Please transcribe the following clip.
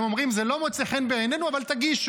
הם אומרים: זה לא מוצא חן בעינינו, אבל תגישו.